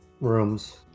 rooms